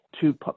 two